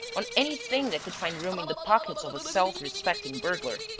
on anything that could find room in the pockets of a self-respecting burglar.